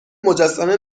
مجسمه